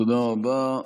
תודה רבה.